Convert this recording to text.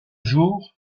jour